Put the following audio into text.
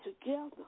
together